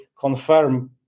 confirm